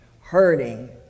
hurting